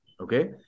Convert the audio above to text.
Okay